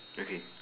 okay